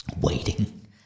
waiting